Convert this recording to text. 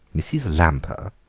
mrs. lamper?